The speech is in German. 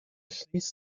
schließt